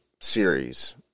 series